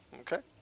Okay